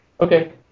Okay